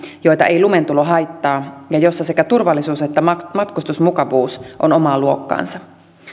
joita ei lumentulo haittaa ja joilla sekä turvallisuus että matkustusmukavuus ovat omaa luokkaansa